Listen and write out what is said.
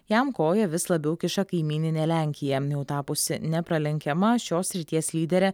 jam koją vis labiau kiša kaimyninė lenkija jau tapusi nepralenkiama šios srities lydere